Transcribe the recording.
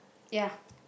ya